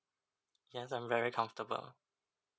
yes I'm very comfortable